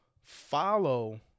follow